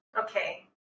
Okay